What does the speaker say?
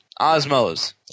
Osmos